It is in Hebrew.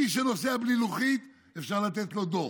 מי שנוסע בלי לוחית, אפשר לתת לו דוח.